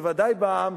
בוודאי בעם,